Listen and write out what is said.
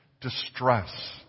distress